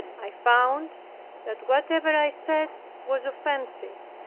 i found that whatever i said was offensive,